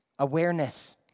Awareness